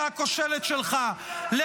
הכושלת שלך -- תפסיקו לעשות פוליטיקה על החטופים,